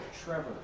Trevor